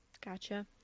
Gotcha